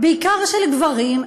בעיקר של גברים,